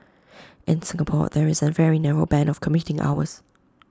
in Singapore there is A very narrow Band of commuting hours